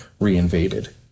reinvaded